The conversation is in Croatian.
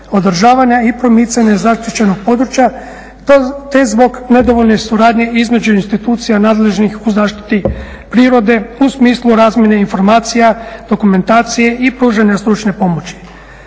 održavanja i promicanja zaštićenog područja te zbog nedovoljne suradnje između institucija nadležnih u zaštiti prirode u smislu razmjene informacija, dokumentacije i pružanja stručne pomoći.